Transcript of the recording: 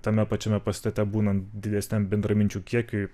tame pačiame pastate būnant didesniam bendraminčių kiekiui